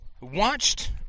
watched